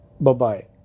Bye-bye